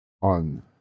On